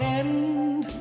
end